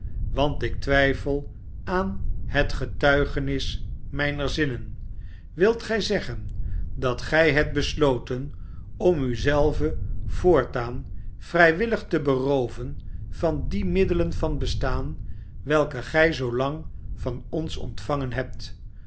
want ik twijfel aan het getuigenis mijner zinnen wilt gij zeggen dat gij hebt besloten om u zelve voortaan vrijwillig te berooven van die middelen van bestaan welke gij zoolang van ons ontvangen hebt